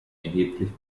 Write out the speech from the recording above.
erheblich